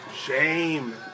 shame